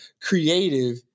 creative